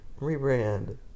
rebrand